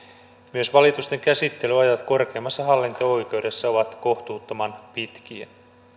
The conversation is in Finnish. myös valitusten käsittelyajat korkeimmassa hallinto oikeudessa ovat kohtuuttoman pitkiä